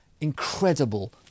incredible